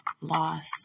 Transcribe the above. loss